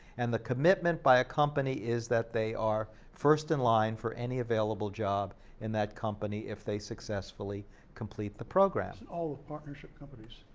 and the commitment by a company is that they are first in line for any available job in that company if they successfully complete the program. all the partnership companies.